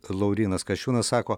laurynas kasčiūnas sako